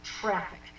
traffic